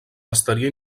estaria